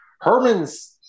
herman's